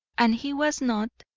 and he was not,